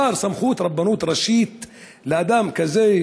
סמכות רבנות ראשית לאדם כזה,